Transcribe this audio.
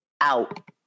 out